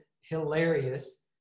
hilarious